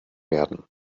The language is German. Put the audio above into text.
werden